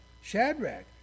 Shadrach